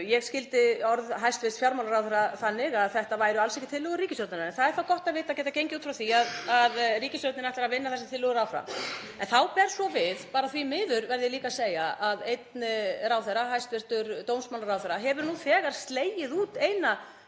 ég skildi orð hæstv. fjármálaráðherra þannig að þetta væru alls ekki tillögur ríkisstjórnarinnar. Það er þá gott að vita það og geta gengið út frá því að ríkisstjórnin ætli að vinna þessar tillögur áfram. En þá ber svo við, bara því miður verð ég líka að segja, að einn ráðherra, hæstv. dómsmálaráðherra, hefur nú þegar slegið út eina